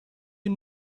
you